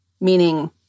Meaning